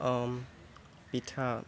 পিঠা